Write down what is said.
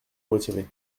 retirer